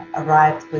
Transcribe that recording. arrived with